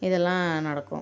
இதெல்லாம் நடக்கும்